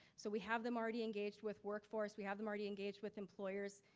so we have them already engaged with workforce, we have them already engaged with employers,